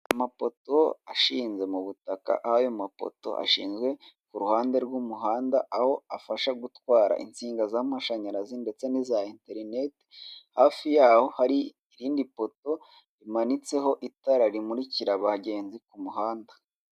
Amapoto ashinze mu butaka, aho ayo mapoto ashinzwe ku ruhande rw'umuhanda, aho afasha gutwara insinga z'amashanyarazi ndetse n'iza enterineti, hafi yaho hari irindi poto rimanitseho itara rimurikira abagenzi ku muhanda.